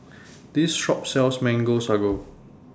This Shop sells Mango Sago